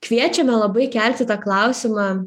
kviečiame labai kelti tą klausimą